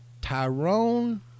Tyrone